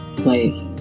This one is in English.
place